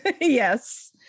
Yes